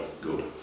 good